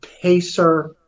pacer